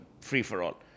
free-for-all